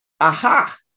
Aha